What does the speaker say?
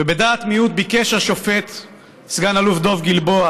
ובדעת מיעוט ביקש השופט סגן אלוף דב גלבוע